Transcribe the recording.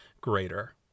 greater